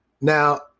Now